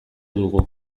dugu